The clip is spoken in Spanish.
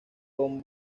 con